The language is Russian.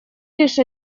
лишь